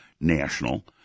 national